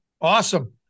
Awesome